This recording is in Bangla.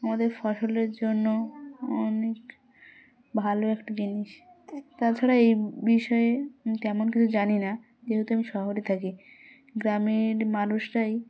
আমাদের ফসলের জন্য অনেক ভালো একটা জিনিস তাছাড়া এই বিষয়ে আমি তেমন কিছু জানি না যেহেতু আমি শহরে থাকি গ্রামের মানুষরাই